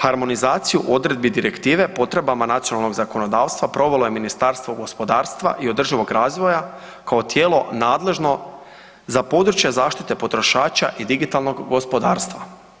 Harmonizaciju odredbi direktive potrebama nacionalnog zakonodavstva provelo je Ministarstvo gospodarstva i održivog razvoja kao tijelo nadležno za područje zaštite potrošača i digitalnog gospodarstva.